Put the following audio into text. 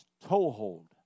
toehold